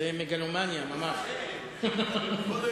אדוני